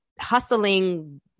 hustling